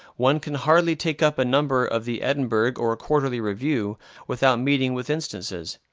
one can hardly take up a number of the edinburgh or quarterly review without meeting with instances.